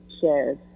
shares